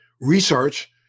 research